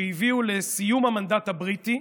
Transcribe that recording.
שהביאו לסיום המנדט הבריטי: